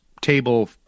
table